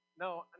No